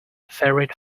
favourite